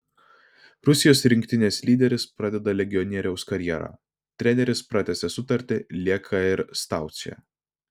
rusijos rinktinės lyderis pradeda legionieriaus karjerą treneris pratęsė sutartį lieka ir staučė